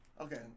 Okay